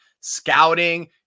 scouting